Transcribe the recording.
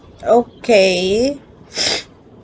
okay